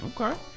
okay